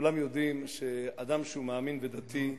כולם יודעים שאדם שהוא מאמין ודתי,